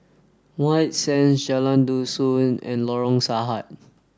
White Sands Jalan Dusun and Lorong Sarhad